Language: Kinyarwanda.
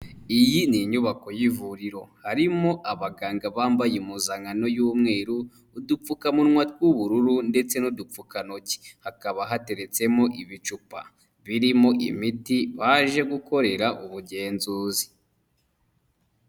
Iyi ni inyubako y'ivuriro harimo abaganga bambaye impuzankano y'umweru, udupfukamunwa tw'ubururu ndetse n'udupfukantoki, hakaba hateretsemo ibicupa birimo imiti baje gukorera ubugenzuzi.